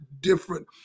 different